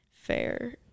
fair